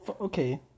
Okay